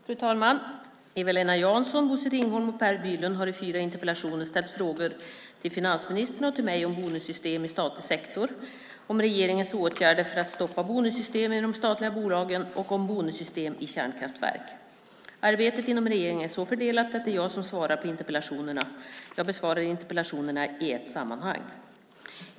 Fru talman! Eva-Lena Jansson, Bosse Ringholm och Per Bolund har i fyra interpellationer ställt frågor till finansministern och till mig om bonussystem i statlig sektor, om regeringens åtgärder för att stoppa bonussystemen i de statliga bolagen och om bonussystem i kärnkraftverk. Arbetet inom regeringen är så fördelat att det är jag som svarar på interpellationerna. Jag besvarar interpellationerna i ett sammanhang.